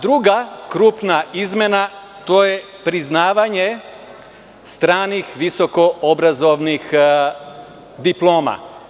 Druga krupna izmena, to je priznavanje stranih visokoobrazovnih diploma.